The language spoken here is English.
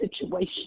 situation